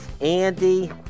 Andy